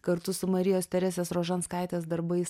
kartu su marijos teresės rožanskaitės darbais